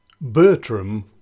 Bertram